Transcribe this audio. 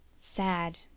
sad